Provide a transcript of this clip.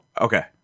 Okay